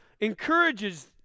encourages